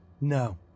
No